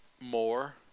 more